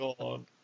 God